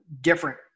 different